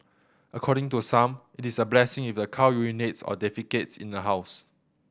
according to some it is a blessing if the cow urinates or defecates in the house